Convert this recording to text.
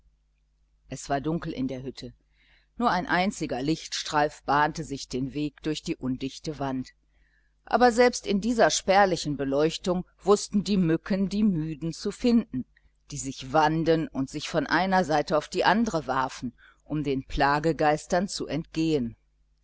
es war dunkel in der hütte nur ein einziger lichtstreif bahnte sich den weg durch die undichte wand aber selbst in dieser spärlichen beleuchtung wußten die mücken die müden zu finden die sich wanden und sich von einer seite auf die andre warfen um den plagegeistern zu entgehen